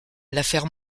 l’affaire